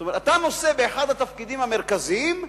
אתה נושא באחד התפקידים המרכזיים,